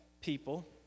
people